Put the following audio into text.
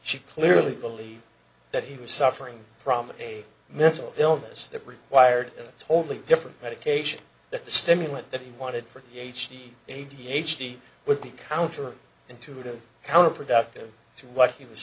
she clearly believed that he was suffering from a mental illness that required a totally different medication the stimulant that he wanted for ph d a d h d would be counter intuitive counterproductive to what he was